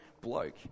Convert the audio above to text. bloke